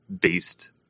based